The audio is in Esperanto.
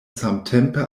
samtempe